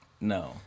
No